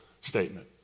statement